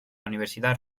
universidad